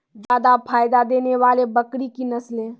जादा फायदा देने वाले बकरी की नसले?